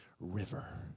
river